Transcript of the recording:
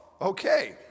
okay